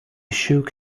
shook